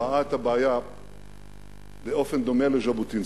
ראה את הבעיה באופן דומה לז'בוטינסקי,